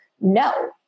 No